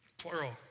Plural